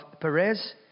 Perez